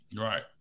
Right